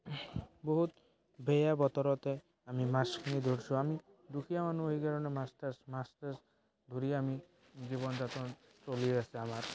বহুত বেয়া বতৰতে আমি মাছখিনি ধৰিছোঁ আমি দুখীয়া মানুহ হয় কাণে মাছ তাছ ধৰি আমাৰ জীৱন যাপন হৈ আছে আমাৰ